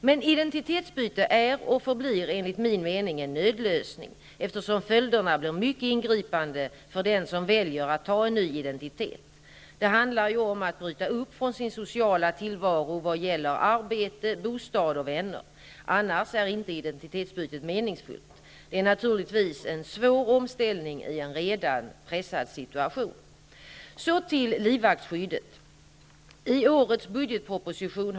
Men identitetsbyte är och förblir enligt min mening en nödlösning, eftersom följderna blir mycket ingripande för den som väljer att ta en ny identitet. Det handlar ju om att bryta upp från sin sociala tillvaro vad gäller arbete, bostad och vänner. Annars är inte identitetsbytet meningsfullt. Det är naturligtvis en svår omställning i en redan pressad situation. Så till livvaktsskyddet. I årets budgetproposition (prop. 1991/92:100, bil.